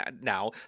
now